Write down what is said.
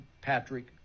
Patrick